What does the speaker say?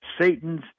Satan's